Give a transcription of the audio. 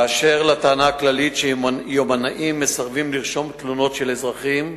באשר לטענה הכללית שיומנאים מסרבים לרשום תלונות של אזרחים,